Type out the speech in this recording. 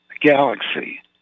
galaxy